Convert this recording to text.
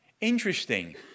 Interesting